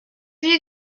you